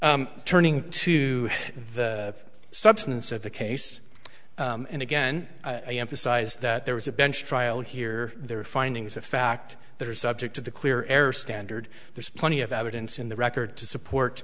turning to the substance of the case and again i emphasize that there is a bench trial here there are findings of fact that are subject to the clear air standard there's plenty of evidence in the record to support